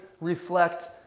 reflect